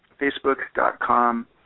facebook.com